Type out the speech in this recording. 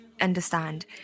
understand